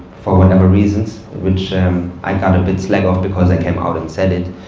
for whatever reasons, which i got a bit slack off because i came out and said it.